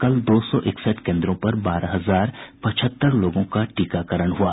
कल दो सौ इकसठ कोन्द्रों पर बारह हजार पचहत्तर लोगों का टीकाकरण हुआ